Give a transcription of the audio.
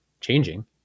changing